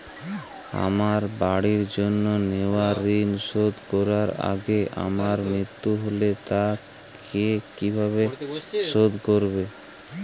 আমার বাড়ির জন্য নেওয়া ঋণ শোধ করার আগে আমার মৃত্যু হলে তা কে কিভাবে শোধ করবে?